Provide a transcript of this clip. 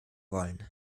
wollen